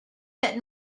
that